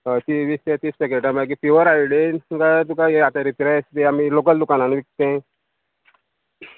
हय ती वीस ते तीस पॅकेटां मागीर प्युअर आयडेन तुमकां तुका हे आतां रित्रेस आमी लोकल दुकानान विकता तें